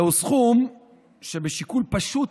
זהו סכום שבשיקול פשוט